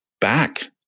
back